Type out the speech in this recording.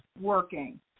working